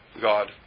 God